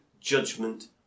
judgment